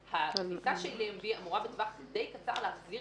הסליקה של EMV אמורה בטווח די קצר להחזיר